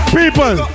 people